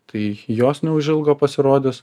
tai jos neužilgo pasirodys